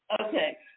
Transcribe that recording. okay